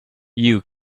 you